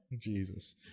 Jesus